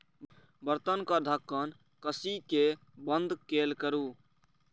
बर्तनक ढक्कन कसि कें बंद कैल करू